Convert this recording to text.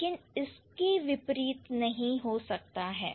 लेकिन इसके विपरीत नहीं हो सकता है